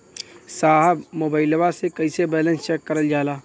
साहब मोबइलवा से कईसे बैलेंस चेक करल जाला?